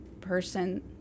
person